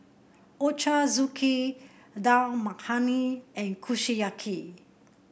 Ochazuke Dal Makhani and Kushiyaki